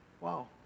Wow